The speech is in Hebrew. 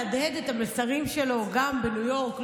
להדהד את המסרים שלו גם בניו יורק,